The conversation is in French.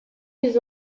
les